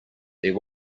there